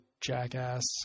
jackass